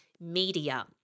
media